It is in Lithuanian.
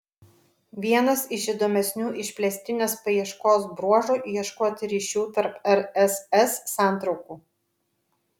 vienas iš įdomesnių išplėstinės paieškos bruožų ieškoti ryšių tarp rss santraukų